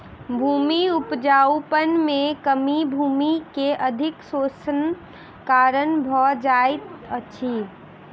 भूमि उपजाऊपन में कमी भूमि के अधिक शोषणक कारण भ जाइत अछि